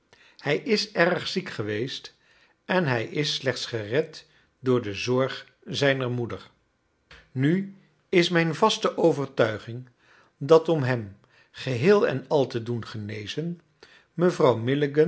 hij is erg ziek geweest en hij is slechts gered door de zorg zijner moeder nu is mijn vaste overtuiging dat om hem geheel-en-al te doen genezen mevrouw